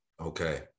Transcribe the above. Okay